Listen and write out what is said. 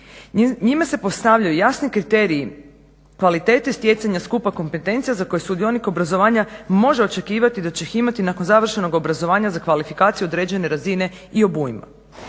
Njime se postavljaju jasni kriteriji kvalitete stjecanja skupa kompetencija za koje sudionik obrazovanja može očekivati da će ih imati nakon završenog obrazovanja za kvalifikaciju određene razine i obujma.